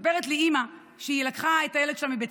מספרת לי אימא שהיא לקחה את הילד שלה מבית